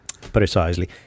Precisely